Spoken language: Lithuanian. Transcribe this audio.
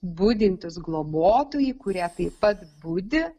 budintys globotojai kurie taip pat budi